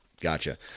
gotcha